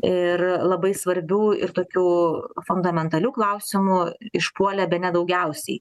ir labai svarbių ir tokių fundamentalių klausimų išpuolė bene daugiausiai